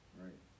right